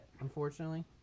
unfortunately